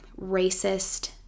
racist